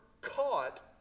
caught